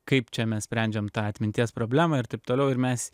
kaip čia mes sprendžiam tą atminties problemą ir taip toliau ir mes